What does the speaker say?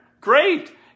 great